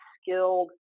skilled